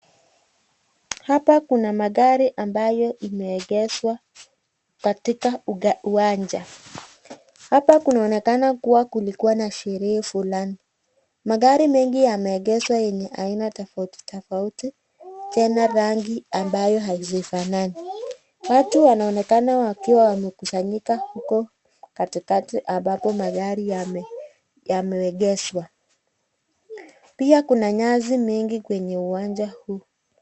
Hapa kuna magari ambayo imeegeshwa katika uga uwanja. Hapa kunaonekana kuwa kulikuwa na sherehe fulani. Magari mengi yameegeshwa yenye aina tofauti tofauti zenye rangi ambayo hazifanani. Watu wanaonekana wakiwa wamekusanyika huko katikati ambako magari yame, yameegeshwa. Pia kuna nyasi mingi kwenye uwanja huu.